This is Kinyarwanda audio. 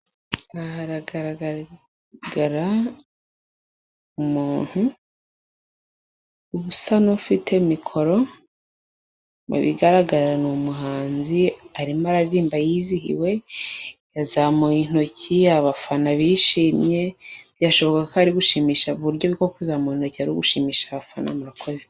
Aha hagaragara umuntu ubusa n'ufite mikoro, mu bigaragara ni umuhanzi, arimo ararimba yizihiwe, yazamuye intoki, abafana bishimye, byashoboka ko ari gushimisha, uburyo bwo kuzamura intoke ari ugushimisha abafana, murakoze.